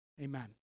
Amen